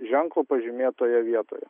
ženklu pažymėtoje vietoje